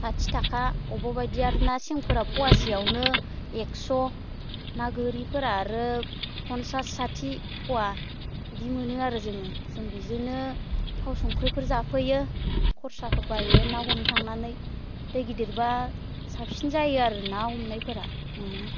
साथि थाखा बबेबा बायदिया आरो ना सेंफोरा फवासेयावनो एक्स' ना गोरिफोरा आरो फन्सास साथि फवा बिदि मोनो आरो जोङो जों बेजोंनो थाव संख्रिफोर जाफैयो खरसाफोर बायो ना हमनो थांनानै दै गिदिरबा साबसिन जायो आरो ना हमनायफोरा मोनो